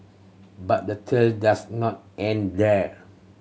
but the tail does not end there